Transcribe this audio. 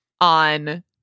on